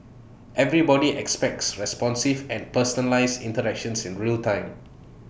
everybody expects responsive and personalised interactions in real time